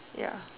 ya